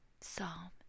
Psalm